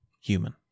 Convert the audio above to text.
human